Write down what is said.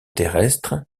terrestre